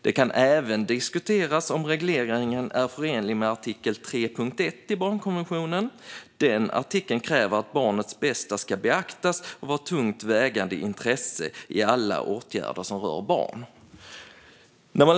Det kan även diskuteras om regleringen är förenlig med artikel 3.1 i barnkonventionen. Den artikeln kräver att barnets bästa ska beaktas och vara ett tungt vägande intresse i alla åtgärder som rör barn."